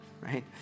right